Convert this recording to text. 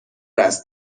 است